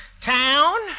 Town